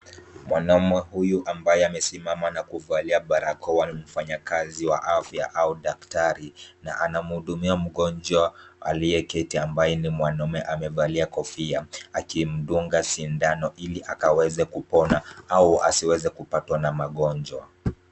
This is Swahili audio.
Mwanaume huyu ambaye amesimama na kuvalia barakoa ni mfanyikazi wa afya au daktari na anamhudumia mgonjwa aliyeketi ambaye ni mwanaume amevalia kofia akimdunga sindano ili akaweze kupona au asiweze kupatwa na magonjwa.